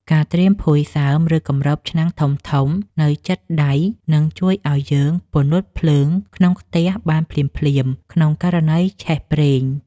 ការត្រៀមភួយសើម ឬគម្របឆ្នាំងធំៗនៅជិតដៃនឹងជួយឱ្យយើងពន្លត់ភ្លើងក្នុងខ្ទះបានភ្លាមៗក្នុងករណីឆេះប្រេង។